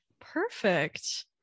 Perfect